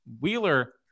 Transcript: Wheeler